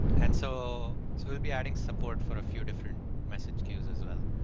and so so we'll be adding support for a few different message queues as well.